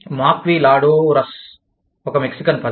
maquiladoras ఒక Mexican పదం